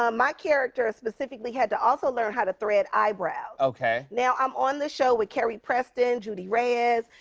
um my character, specifically, had to also learn how to thread eyebrows. okay. now, i'm on the show with carrie preston, judy reyes,